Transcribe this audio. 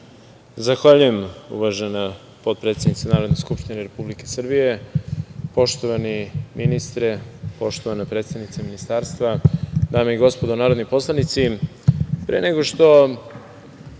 Zahvaljujem uvažena potpredsednice Narodne Skupštine Republike Srbije. Poštovani ministre, poštovana predstavnice Ministarstva, dame i gospodo narodni poslanici, pre nego što